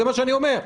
זה מה שאני אומר.